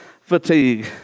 fatigue